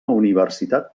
universitat